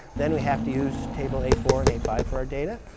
then we have to use table a four and a five for our data.